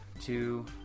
two